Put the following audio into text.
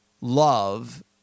love